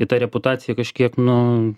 tai ta reputacija kažkiek nu